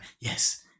Yes